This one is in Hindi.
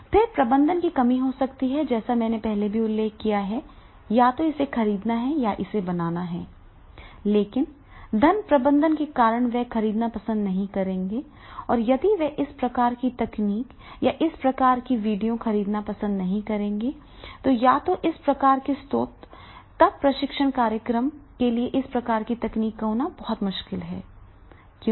फिर प्रबंधन की कमी हो सकती है जैसा कि मैंने उल्लेख किया है कि या तो इसे खरीदना है या इसे बनाना है लेकिन धन प्रबंधन के कारण वे खरीदना पसंद नहीं करेंगे और यदि वे इस प्रकार की तकनीक या इस प्रकार के वीडियो खरीदना पसंद नहीं करेंगे तो या इस प्रकार के स्रोत तब प्रशिक्षण कार्यक्रम के लिए इस प्रकार की तकनीक का होना बहुत मुश्किल होगा